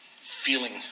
feeling